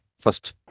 first